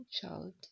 child